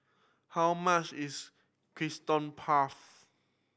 how much is Custard Puff